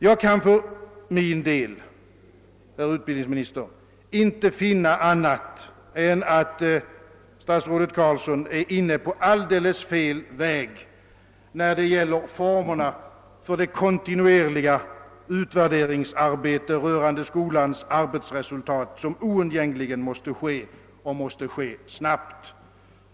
Jag kan för min del, herr utbildningsminister, inte finna annat än att statsrådet Carlsson är inne på alldeles fel väg när det gäller formerna för det kontinuerliga utvärderingsarbete rörande skolans arbetsresultat som oundgängligen måste ske och måste ske snabbt.